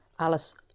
Alles